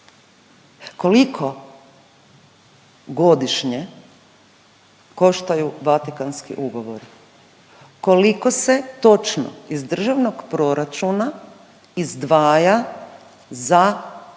Koliko godišnje koštaju Vatikanski ugovori? Koliko se točno iz Državnog proračuna izdvaja za po